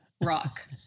rock